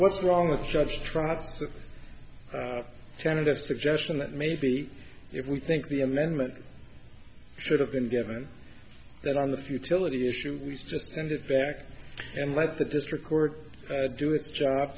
what's wrong with just trying to manage a suggestion that maybe if we think the amendment should have been given that on the futility issues just send it back and let the district court do its job